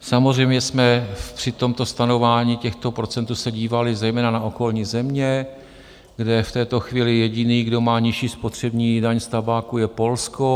Samozřejmě jsme se při stanovování těchto procent dívali zejména na okolní země, kde v této chvíli jediný, kdo má nižší spotřební daň z tabáku, je Polsko.